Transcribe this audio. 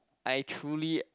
I truly